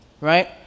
right